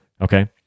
Okay